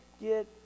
get